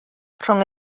rhwng